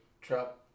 Trap